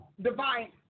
divine